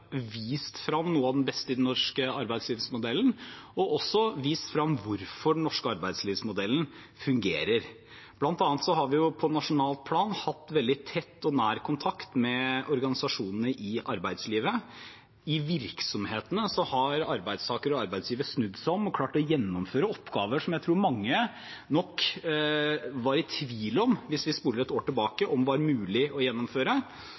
noe av det beste i den norske arbeidslivsmodellen og hvorfor den norske arbeidslivsmodellen fungerer. Blant annet har vi på nasjonalt plan hatt veldig tett og nær kontakt med organisasjonene i arbeidslivet. I virksomhetene har arbeidstakere og arbeidsgivere snudd seg om og klart å gjennomføre oppgaver som jeg tror, hvis vi spoler et år tilbake, mange var i tvil om var mulig å gjennomføre under sterkt endrede betingelser. Så er vi